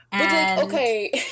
Okay